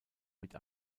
mit